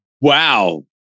Wow